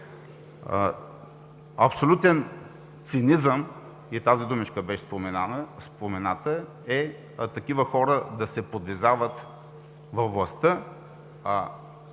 Абсолютен „цинизъм“, и тази думичка беше спомената, е такива хора да се подвизават във властта,